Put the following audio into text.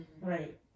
right